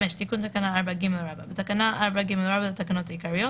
תיקון תקנה 4ג 5. בתקנה 4ג לתקנות העיקריות,